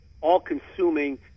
all-consuming